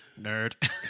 Nerd